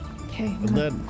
Okay